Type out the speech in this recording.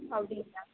அப்படிங்களா